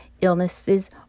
illnesses